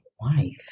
wife